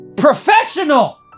professional